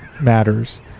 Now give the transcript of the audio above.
matters